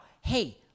hey